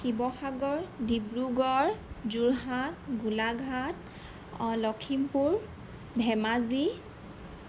শিৱসাগৰ ডিব্ৰুগড় যোৰহাট গোলাঘাট অঁ লখিমপুৰ ধেমাজী